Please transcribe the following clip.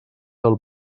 del